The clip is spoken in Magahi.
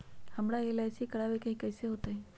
हमरा एल.आई.सी करवावे के हई कैसे होतई?